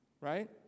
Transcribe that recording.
Right